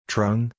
Trung